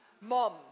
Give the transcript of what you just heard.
Mom